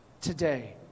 today